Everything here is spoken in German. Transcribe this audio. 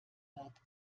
wird